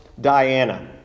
Diana